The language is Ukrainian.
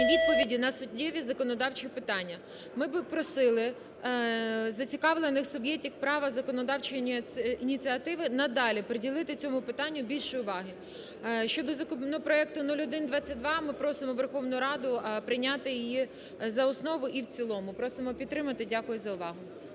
відповіді на суттєві законодавчі питання. Ми би просили зацікавлених суб'єктів права законодавчої ініціативи надалі приділити цьому питанню більше уваги. Щодо законопроекту 0122, ми просимо Верховну Раду прийняти його за основу і в цілому. Просимо підтримати. Дякую за увагу.